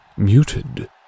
Muted